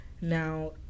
Now